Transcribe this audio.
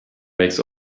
makes